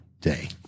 day